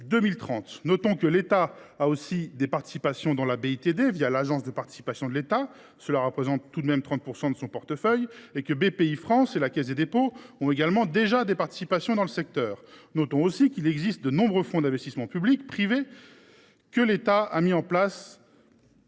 Notons que l’État a des participations dans la BITD, l’agence des participations de l’État – cela représente tout de même 30 % de son portefeuille –, et que Bpifrance et la Caisse des dépôts ont également déjà des participations dans le secteur. Notons également qu’il existe de nombreux fonds d’investissement publics ou privés et que l’État a mis en place